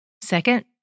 Second